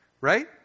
right